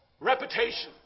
Reputation